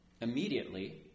Immediately